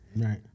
right